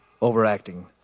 Overacting